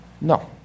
No